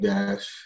Dash